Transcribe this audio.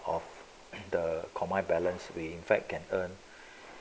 of the combined balance we in fact can earn